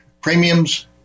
premiums